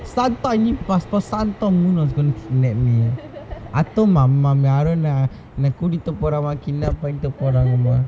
sun thought I knew !wah! sun thought moon was going to kidnap me I told my mummy I don't know என்ன கூட்டிட்டு போறாமா:enna kootittu poraamaa kidnap பண்ட்டு போராங்கமா:panttu poraangamaa